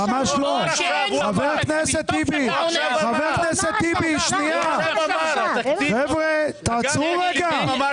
חבר הכנסת טיבי, אתה יודע מה ההבדל בינך לבין